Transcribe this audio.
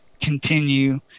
continue